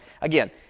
again